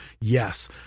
yes